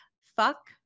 fuck